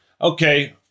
okay